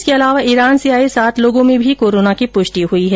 इसके अलावा ईरान से आये सात लोगों में भी कोरोना की प्रष्टि हुई है